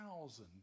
thousand